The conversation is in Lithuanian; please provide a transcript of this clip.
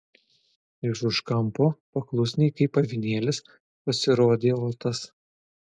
iš už kampo paklusniai kaip avinėlis pasirodė otas